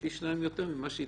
פי שניים יותר ממה שהתחלתי,